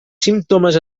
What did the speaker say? símptomes